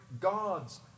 God's